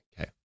Okay